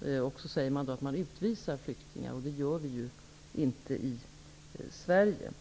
och att vi utvisar flyktingar. Det gör vi inte i Sverige.